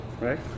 right